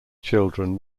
children